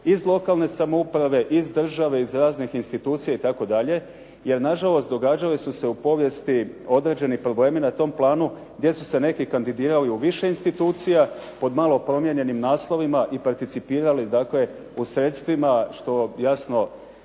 iz lokalne samouprave, iz države, iz raznih institucija itd. Jer nažalost, događali su se u povijesti određeni problemi na tom planu gdje su neki kandidirali u više institucija pod malo promijenjenim naslovima i participirali dakle u sredstvima što jasno